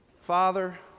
Father